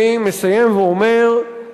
אני מסיים ואומר,